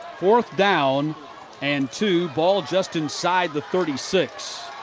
fourth down and two. ball just inside the thirty six.